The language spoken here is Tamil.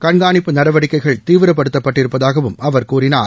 கண்காணிப்பு நடவடிக்கைகள் தீவிரப்படுத்தப் பட்டிருப்பதாகவும் அவர் கூறினார்